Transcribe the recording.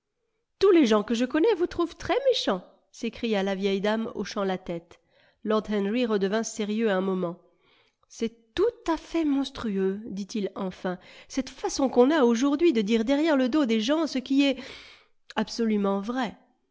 tous les gens que je connais vous trouvent très méchant s'écria la vieille dame hochant la tête lord henry redevint sérieux un moment c'est tout à fait monstrueux dit-il enfin cette façon qu'on a aujourd'hui de dire derrière le dos des gens ce qui est absolument vrai